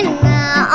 now